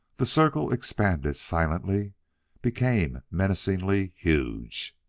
the circle expanded silently became menacingly huge.